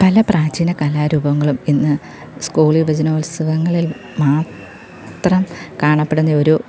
പല പ്രാചീന കലാരൂപങ്ങളും ഇന്ന് സ്കൂൾ യുവജനോത്സവങ്ങളിൽ മാത്രം കാണപ്പെടുന്നയൊരു